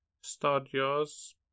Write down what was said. studios